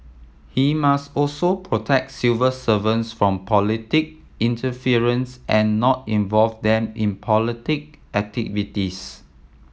he must also protect civil servants from politic interference and not involve them in politic activities